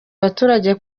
abaturage